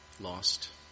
lost